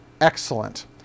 Excellent